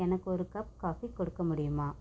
எனக்கு ஒரு cup coffee கொடுக்க முடியுமா